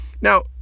Now